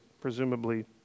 presumably